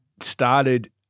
started